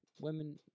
women